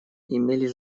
имели